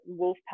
Wolfpack